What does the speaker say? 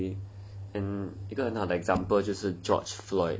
and because another example 就是 george floyd